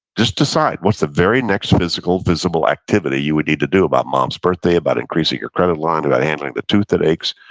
just decide what's the very next physical, visible activity you would need to do about mom's birthday, about increasing your credit line, about anything, like the tooth that aches,